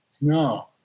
No